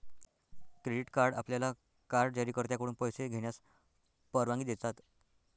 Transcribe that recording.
credit card आपल्याला card जारीकर्त्याकडून पैसे घेण्यास परवानगी देतात